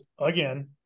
again